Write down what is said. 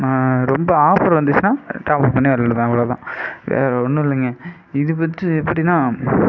நான் ரொம்ப ஆஃபர் வந்துச்சுன்னா டாப்அப் பண்ணி விளாடுவேன் அவ்வளோதான் வேற ஒன்னும் இல்லைங்க இது பற்றி இப்படிதான்